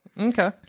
Okay